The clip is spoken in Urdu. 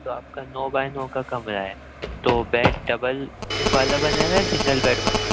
تو آپ کا نو بائی نو کا کمرہ ہے تو بیڈ ڈبل والا بنے گا یا سنگل بیڈ بنے گا